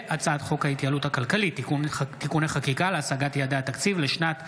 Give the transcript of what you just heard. הצעת חוק ההתייעלות הכלכלית (תיקוני חקיקה להשגת יעדי התקציב לשנת 2025)